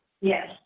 Yes